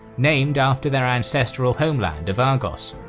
named after their ancestral homeland of argos.